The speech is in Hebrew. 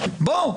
בוא,